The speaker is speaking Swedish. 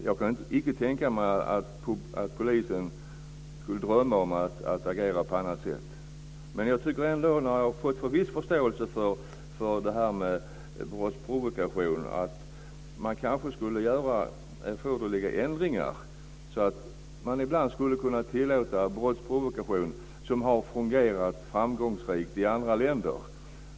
Jag kan icke tänka mig att polisen skulle drömma om att agera på något annat sätt. Jag har fått en viss förståelse för brottsprovokation, att man kanske ska göra erforderliga ändringar så att det ibland kan tillåtas brottsprovokation. Det har fungerat framgångsrikt i andra länder.